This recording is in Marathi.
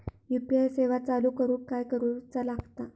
यू.पी.आय सेवा चालू करूक काय करूचा लागता?